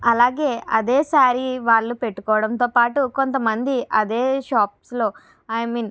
అలాగే అదే సారీ వాళ్ళు పెట్టుకోవడంతో పాటు కొంతమంది అదే షాప్స్లో ఐ మీన్